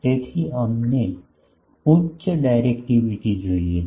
તેથી અમને ઉચ્ચ ડાયરેક્ટિવિટી જોઈએ છે